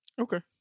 Okay